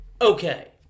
Okay